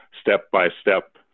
step-by-step